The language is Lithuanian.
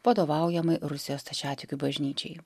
vadovaujamai rusijos stačiatikių bažnyčiai